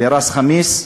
לראס-חמיס.